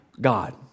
God